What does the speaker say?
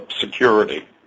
security